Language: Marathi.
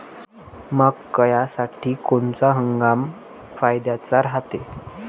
मक्क्यासाठी कोनचा हंगाम फायद्याचा रायते?